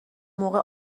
موقع